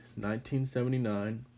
1979